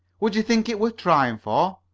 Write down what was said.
would you think it worth trying for?